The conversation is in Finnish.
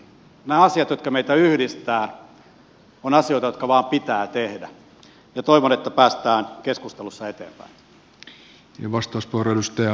nämä asiat jotka meitä yhdistävät ovat asioita jotka vain pitää tehdä ja toivon että päästään keskustelussa eteenpäin